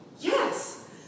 Yes